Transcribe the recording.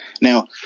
Now